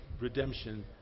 redemption